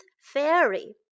fairy